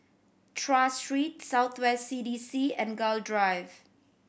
Tras Street South West C D C and Gul Drive